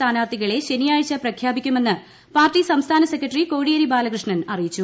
സ്ഥാനാർത്ഥികളെ ശനിയാഴ്ച പ്രഖ്യാപിക്കുമെന്ന് പാർട്ടി സംസ്ഥാന സെക്രട്ടറി കോടിയേരി ബാലകൃഷ്ണൻ അറിയിച്ചു